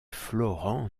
florent